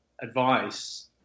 advice